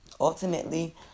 ultimately